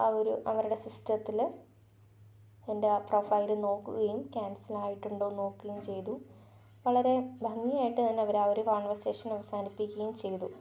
ആ ഒരു അവരുടെ സിസ്റ്റത്തിൽ എൻ്റെ ആ പ്രൊഫൈൽ നോക്കുകയും ക്യാൻസൽ ആയിട്ടുണ്ടോയെന്നു നോക്കയും ചെയ്തു വളരെ ഭംഗിയായിട്ടു തന്നെ അവരാ ഒരു കോൺവെർസേഷൻ അവസാനിപ്പിക്കുകയും ചെയ്തു